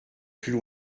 plus